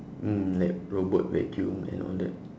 mm like robot vacuum and all that